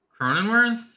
Cronenworth